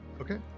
Okay